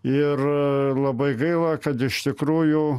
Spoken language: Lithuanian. ir labai gaila kad iš tikrųjų